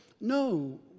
no